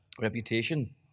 reputation